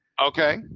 Okay